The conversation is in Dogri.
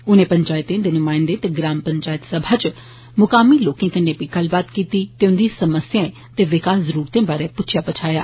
उनें पंचैत दे नुमायंदे ते ग्राम पंचैत सभा इच मुकामी लोकें कन्नै बी गल्ल कीती ते उन्दी समस्या विकास जरूरते बारै पुच्छेआ पच्छाया